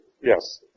Yes